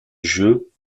jeux